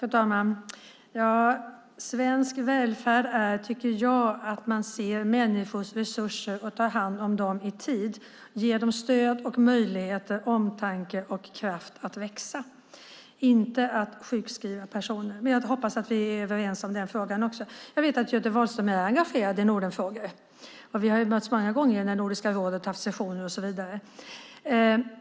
Fru talman! Svensk välfärd är, tycker jag, att man ser människors resurser och tar hand om dem i tid, ger dem stöd och möjligheter och omtanke och kraft att växa - inte att sjukskriva personer. Jag hoppas att vi är överens om den frågan också. Jag vet att Göte Wahlström är engagerad i Nordenfrågor. Vi har mötts många gånger när Nordiska rådet har haft session och så vidare.